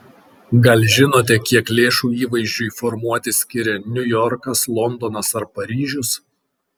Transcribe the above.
gal žinote kiek lėšų įvaizdžiui formuoti skiria niujorkas londonas ar paryžius